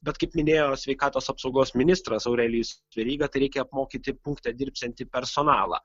bet kaip minėjo sveikatos apsaugos ministras aurelijus veryga tai reikia apmokyti punkte dirbsiantį personalą